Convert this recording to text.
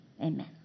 Amen